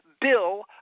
Bill